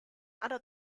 other